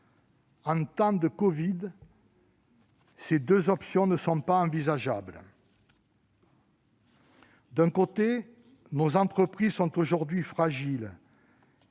En temps de covid, ces deux options ne sont pas envisageables ! D'un côté, nos entreprises sont aujourd'hui fragiles